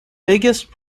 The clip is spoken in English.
biggest